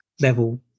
level